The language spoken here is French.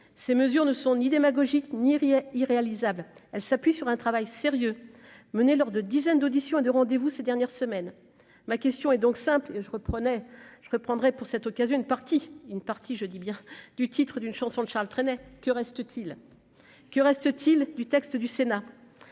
ces mesures ne sont ni démagogique ni rien irréalisable, elle s'appuie sur un travail sérieux mené lors de dizaines d'auditions de rendez-vous ces dernières semaines, ma question est donc simple : je reprenais je reprendrai pour cette occasion, une partie, une partie je dis bien du titre d'une chanson de Charles Trénet que reste-t-il, que reste-t-il du texte du Sénat